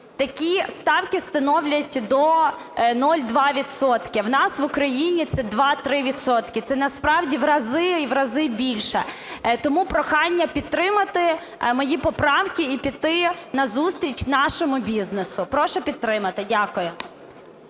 такі ставки становлять до 0,2 відсотка. В нас в Україні – це 2-3 відсотки. Це насправді в рази і в рази більше. Тому прохання підтримати мої поправки і піти назустріч нашому бізнесу. Прошу підтримати. Дякую.